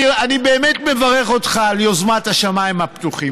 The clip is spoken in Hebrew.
אני באמת מברך אותך על יוזמת השמיים הפתוחים,